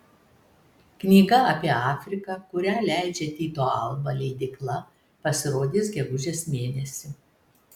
knyga apie afriką kurią leidžia tyto alba leidykla pasirodys gegužės mėnesį